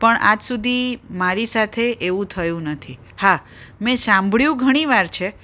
પણ આજ સુધી મારી સાથે એવું થયું નથી હા મેં સાંભળ્યું ઘણી વાર છે